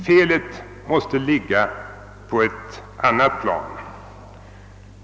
Felet måste ligga på ett annat plan.